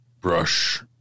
brush